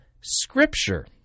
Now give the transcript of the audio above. Scripture